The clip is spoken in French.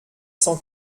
cent